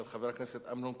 של חבר הכנסת אמנון כהן,